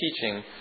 teaching